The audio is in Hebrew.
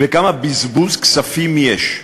וכמה בזבוז כספים יש,